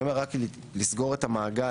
רק לסגור את המעגל